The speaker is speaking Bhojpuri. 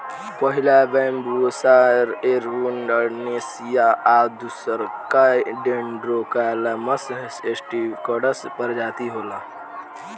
पहिला बैम्बुसा एरुण्डीनेसीया आ दूसरका डेन्ड्रोकैलामस स्ट्रीक्ट्स प्रजाति होला